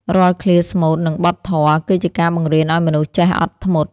រាល់ឃ្លាស្មូត និងបទធម៌ គឺជាការបង្រៀនឱ្យមនុស្សចេះអត់ធ្មត់។